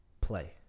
play